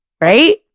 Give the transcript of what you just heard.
right